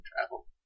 travel